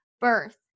birth